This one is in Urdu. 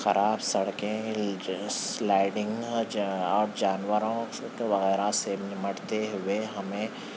خراب سڑکیں جو ہے سلائڈنگ اور جانوروں وغیرہ سے نمٹتے ہوئے ہمیں